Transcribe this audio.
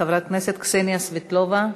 חברת הכנסת קסניה סבטלובה.